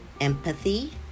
empathy